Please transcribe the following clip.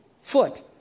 foot